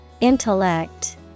Intellect